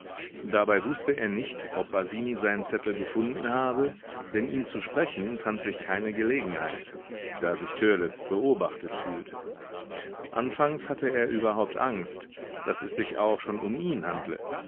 dabei wußte er nicht ob basini seinen zettel gefunden habe denn ihn zu sprechen fand sich keine gelegenheit da sich törleß beobachtet fühlte anfangs hatte er überhaupt angst daß es sich auch schon um ihn handle